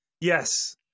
yes